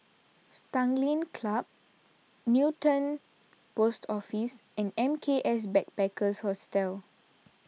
Tanglin Club Newton Post Office and M K S Backpackers Hostel